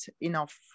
enough